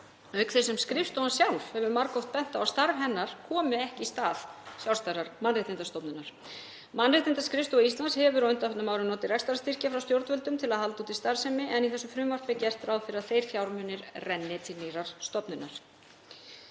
auk þess sem skrifstofan sjálf hefur margoft bent á að starf hennar komi ekki í stað sjálfstæðrar mannréttindastofnunar. Mannréttindaskrifstofa Íslands hefur á undanförnum árum notið rekstrarstyrkja frá stjórnvöldum til að halda úti starfsemi en í þessu frumvarpi er gert ráð fyrir að þeir fjármunir renni til nýrrar stofnunar.